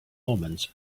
omens